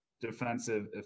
defensive